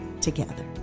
together